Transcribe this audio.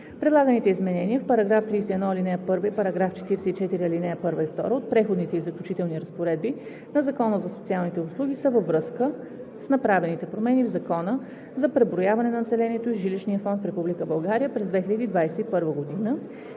Предлаганите изменения в § 31, ал. 1и§ 44, ал. 1 и 2 от Преходните и заключителни разпоредби на Закона за социалните услуги са във връзка с направените промени в Закона за преброяване на населението и жилищния фонд в Република България през 2021 г.,